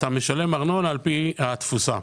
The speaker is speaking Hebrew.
אתה משלם ארנונה על פי התפוסה.